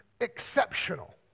exceptional